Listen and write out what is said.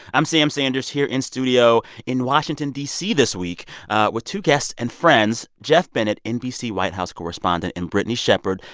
i'm sam sanders here in studio in washington, d c, this week with two guests and friends geoff bennett, nbc white house correspondent, and brittany shepard,